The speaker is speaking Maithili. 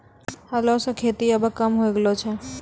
हलो सें खेती आबे कम होय गेलो छै